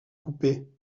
couper